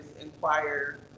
inquire